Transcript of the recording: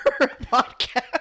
podcast